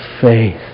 faith